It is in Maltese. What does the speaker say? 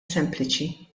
sempliċi